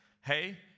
Hey